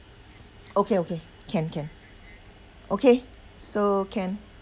okay okay can can okay so can